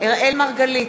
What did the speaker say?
אראל מרגלית,